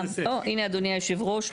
אדוני יושב הראש,